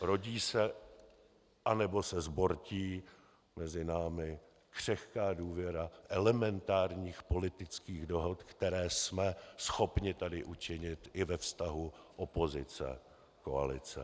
Rodí se, anebo se zbortí mezi námi křehká důvěra elementárních politických dohod, které jsme schopni tady učinit i ve vztahu opozice koalice.